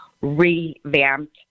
revamped